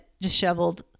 disheveled